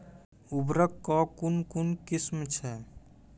उर्वरक कऽ कून कून किस्म छै?